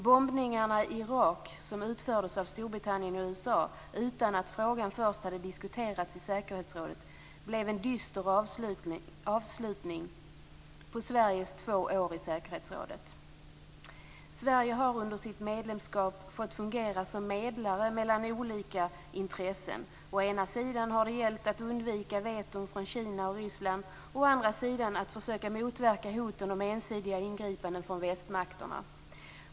Bombningarna i Irak som utfördes av Storbritannien och USA, utan att frågan först hade diskuterats i säkerhetsrådet, blev en dyster avslutning på Sveriges två år i säkerhetsrådet. Sverige har under sitt medlemskap fått fungera som medlare mellan olika intressen, å ena sidan har det gällt att undvika veton från Kina och Ryssland, å andra sidan att försöka motverka hoten om ensidiga ingripanden från västmakterna.